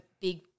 big